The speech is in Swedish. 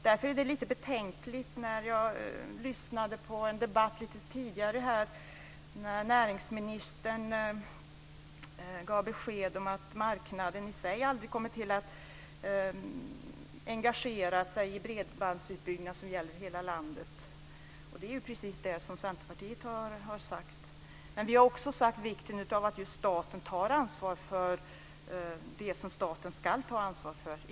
Därför kändes det lite betänkligt när jag lyssnade på en debatt lite tidigare och näringsministern gav besked om att marknaden i sig aldrig kommer att engagera sig i bredbandsutbyggnad som gäller hela landet. Det är precis det som Centerpartiet har sagt. Men vi har också påtalat vikten av att just staten tar ansvar för det som staten ska ta ansvar för.